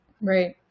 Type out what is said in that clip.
Right